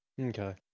Okay